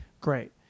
Great